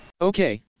Okay